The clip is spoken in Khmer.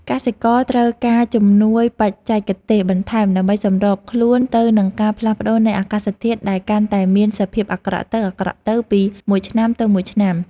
កសិករត្រូវការជំនួយបច្ចេកទេសបន្ថែមដើម្បីសម្របខ្លួនទៅនឹងការផ្លាស់ប្តូរនៃអាកាសធាតុដែលកាន់តែមានសភាពអាក្រក់ទៅៗពីមួយឆ្នាំទៅមួយឆ្នាំ។